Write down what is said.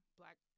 black